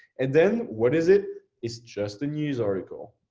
and then what is it? it's just a news article?